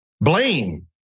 blame